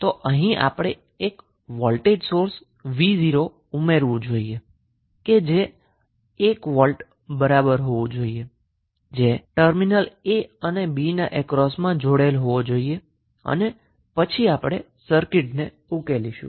તો અહીં આપણે એક વોલ્ટેજ સોર્સ 𝑣0 ઉમેરવું જોઈએ જે 1 વોલ્ટ બરાબર છે જે ટર્મિનલ a અને b અક્રોસમાં જોડેલ હોવો જોઈએ અને પછી સર્કિટ ને ઉકેલીશું